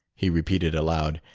he repeated aloud,